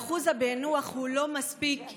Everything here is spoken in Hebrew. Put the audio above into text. אחוז הפענוח לא מספיק,